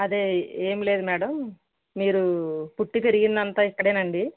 అదే ఏం లేదు మేడమ్ మీరు పుట్టి పెరిగిందంతా ఇక్కడేనండి